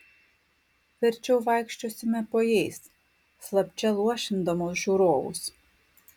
verčiau vaikščiosime po jais slapčia luošindamos žiūrovus